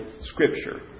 Scripture